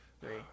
Three